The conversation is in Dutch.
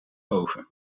oven